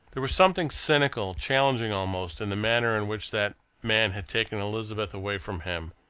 there was something cynical, challenging almost, in the manner in which that man had taken elizabeth away from him,